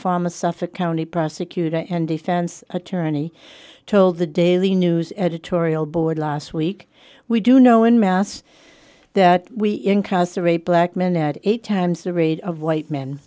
farm a suffolk county prosecutor and defense attorney told the daily news editorial board last week we do know in mass that we incarcerate black men at eight times the rate of white men